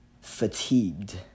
fatigued